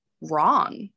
wrong